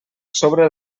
sobre